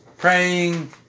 Praying